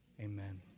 Amen